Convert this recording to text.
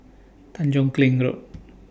Tanjong Kling Road